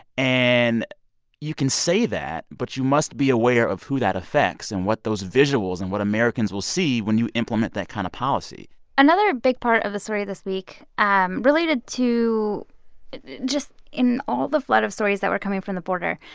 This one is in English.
and you can say that, but you must be aware of who that affects and what those visuals and what americans will see when you implement that kind of policy another big part of the story this week um related to just in all the flood of stories that were coming from the border,